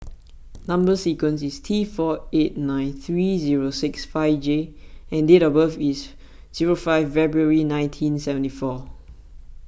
Number Sequence is T four eight nine three zero six five J and date of birth is zero five February nineteen seventy four